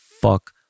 fuck